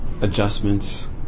adjustments